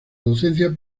docencia